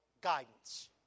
guidance